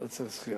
לא צריך זכירה.